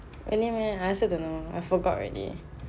anyway I also don't know I forgot already